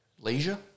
leisure